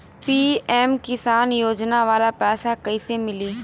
PM Kisan योजना वाला पैसा कईसे मिली?